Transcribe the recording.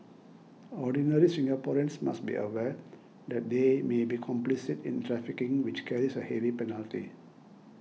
ordinary Singaporeans must be aware that they may be complicit in trafficking which carries a heavy penalty